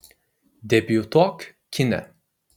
debiutuok kine